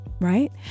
right